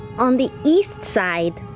on the east side,